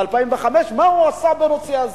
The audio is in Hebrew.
ב-2005, מה הוא עשה בנושא הזה?